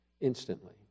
instantly